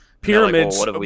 pyramids